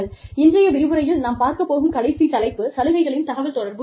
இன்றைய விரிவுரையில் நாம் பார்க்கப் போகும் கடைசி தலைப்பு சலுகைகளின் தகவல் தொடர்பு ஆகும்